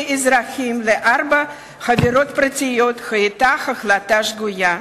אזרחים לארבע חברות פרטיות היתה החלטה שגויה.